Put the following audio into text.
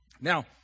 Now